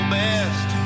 best